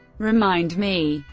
remind me,